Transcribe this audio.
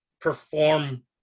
perform